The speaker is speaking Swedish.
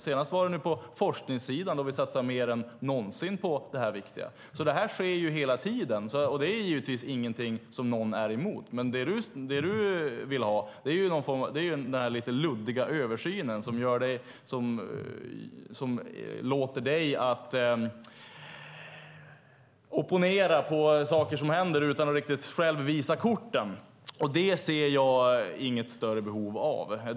Senast var det på forskningssidan, där vi satsar mer än någonsin på detta viktiga. Det sker hela tiden, och det är givetvis ingen emot. Men det du vill ha är en lite luddig översyn som låter dig opponera på sådant som händer utan att själv visa korten. Det ser jag inget större behov av.